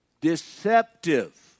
deceptive